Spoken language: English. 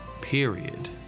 Period